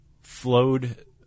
flowed